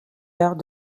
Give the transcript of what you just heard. heures